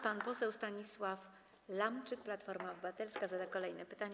Pan poseł Stanisław Lamczyk, Platforma Obywatelska, zada kolejne pytanie.